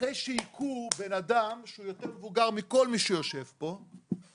אחרי שהיכו בן אדם שהוא יותר מבוגר מכל מי שיושב פה,